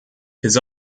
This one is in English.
his